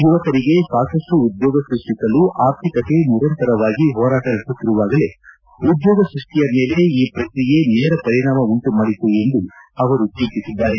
ಯುವಕರಿಗೆ ಸಾಕಷ್ಟು ಉದ್ಯೋಗ ಸೃಷ್ಟಿಸಲು ಆರ್ಥಿಕತೆ ನಿರಂತರವಾಗಿ ಹೋರಾಟ ನಡೆಸುತ್ತಿರುವಾಗಲೇ ಉದ್ಯೋಗ ಸ್ಪಷ್ಟಿಯ ಮೇಲೆ ಈ ಪ್ರಕ್ರಿಯೆ ನೇರ ಪರಿಣಾಮ ಉಂಟು ಮಾಡಿತು ಎಂದು ಅವರು ಟೀಕಿಸಿದ್ದಾರೆ